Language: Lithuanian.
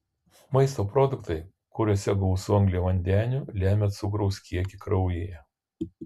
maisto produktai kuriuose gausu angliavandenių lemia cukraus kiekį kraujyje